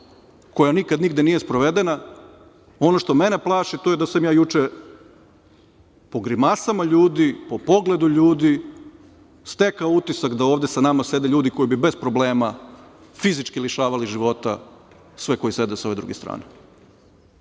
koja nigde nikad nije sprovedena. Ono što mene plaši, o tome sam juče po grimasama ljudi, po pogledu ljudi, stekao utisak da ovde sa nama sede ljudi koji bi bez problema fizički lišavali života sve koji sede sa ove druge strane.